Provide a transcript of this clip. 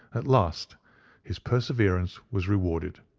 at last his perseverance was rewarded.